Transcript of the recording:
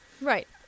right